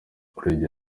urebye